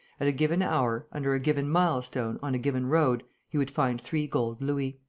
at a given hour, under a given milestone on a given road, he would find three gold louis.